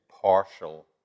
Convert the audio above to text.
partial